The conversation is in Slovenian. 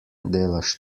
delaš